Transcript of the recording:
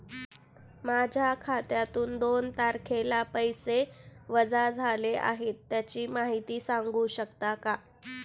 माझ्या खात्यातून दोन तारखेला पैसे वजा झाले आहेत त्याची माहिती सांगू शकता का?